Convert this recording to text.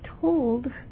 told